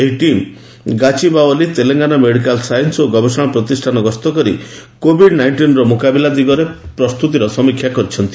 ଏହି team Gachibowli Telangana medical science ଓ ଗବେଷଣା ପ୍ରତିଷ୍ଠାନ ଗସ୍ତ କରି କୋଭିଡ୍ ନାଇଷ୍ଟିନର ମୁକାବିଲା ଦିଗରେ ପ୍ରସ୍ତୁତିର ସମୀକ୍ଷା କରିଛନ୍ତି